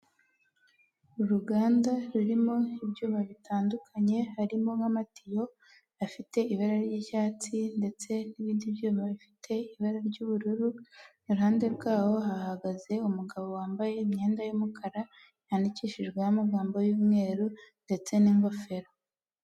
Uruganda rurimo ibyuma bitandukanye harimo nk'amatiyo afite ibara ry'icyatsi ndetse n'ibindi byuma bifite ibara ry'ubururu, iruhande rwaho hahagaze umugabo wambaye imyenda y'umukara yandikishijwe amagambo y'umweru ndetse n'ingofero.